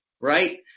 right